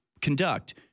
conduct